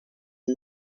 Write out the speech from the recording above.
and